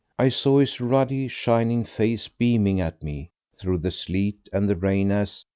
i saw his ruddy, shiny face beaming at me through the sleet and the rain as,